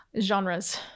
genres